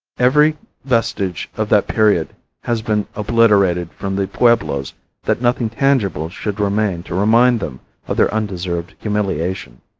every vestige of that period has been obliterated from the pueblos that nothing tangible should remain to remind them of their undeserved humiliation.